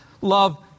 Love